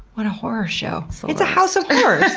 what a horror show. it's a house of horrors!